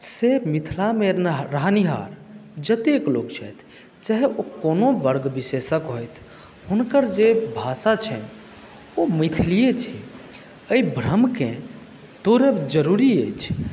से मिथिलामे रहनिहार जतेक लोक छथि चाहे ओ कोनो वर्ग विशेषक होथि हुनकर जे भाषा छनि ओ मैथिलीए छै अइ भ्रमकेँ तोड़ब जरूरी अछि